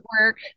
work